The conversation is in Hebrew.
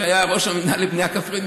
שהיה ראש המינהל לבנייה כפרית,